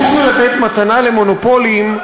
חוץ מלתת מתנה למונופולים,